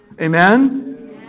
Amen